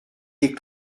des